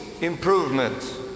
improvements